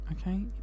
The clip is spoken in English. Okay